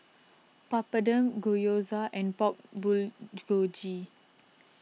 Papadum Gyoza and Pork Bulgogi